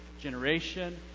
generation